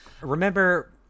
Remember